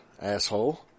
asshole